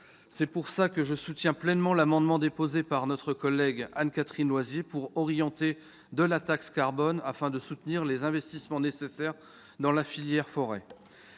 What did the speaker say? C'est pour cette raison que je soutiens pleinement l'amendement déposé par notre collègue Anne-Catherine Loisier, pour orienter la taxe carbone, afin de soutenir les investissements nécessaires dans la filière.